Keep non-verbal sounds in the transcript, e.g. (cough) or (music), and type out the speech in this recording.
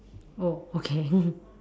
oh okay (laughs)